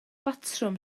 batrwm